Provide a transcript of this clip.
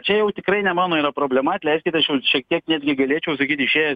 čia jau tikrai ne mano yra problema atleiskit aš jau čia kiek netgi galėčiau sakyti išėjęs